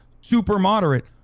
super-moderate